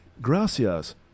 gracias